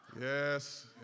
Yes